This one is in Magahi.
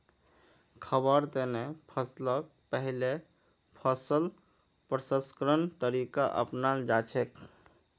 खाबार तने फसलक पहिले फसल प्रसंस्करण तरीका अपनाल जाछेक